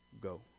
go